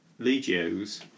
Legios